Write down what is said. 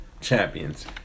champions